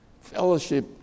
fellowship